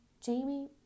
Jamie